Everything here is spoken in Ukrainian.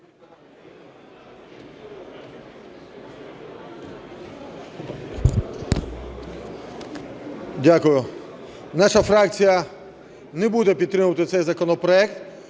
Дякую. Наша фракція не буде підтримувати цей законопроект,